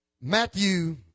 Matthew